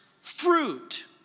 fruit